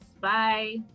bye